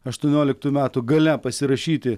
aštuonioliktųjų metų gale pasirašyti